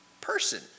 person